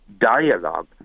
dialogue